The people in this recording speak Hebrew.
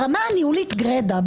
ברמה הניהולית גרידא,